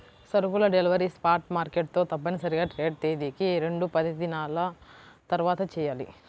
సరుకుల delivery spot market తో తప్పనిసరిగా ట్రేడ్ తేదీకి రెండుపనిదినాల తర్వాతచెయ్యాలి